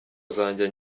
zanjye